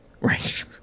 Right